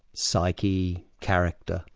psyche, character,